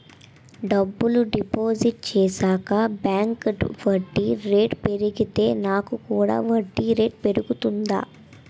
డబ్బులు డిపాజిట్ చేశాక బ్యాంక్ వడ్డీ రేటు పెరిగితే నాకు కూడా వడ్డీ రేటు పెరుగుతుందా?